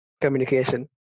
communication